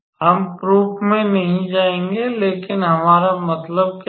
हम प्रूफ में नहीं जाएंगे लेकिन हमारा मतलब क्या है